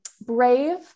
brave